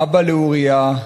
אבא לאוריה,